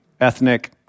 ethnic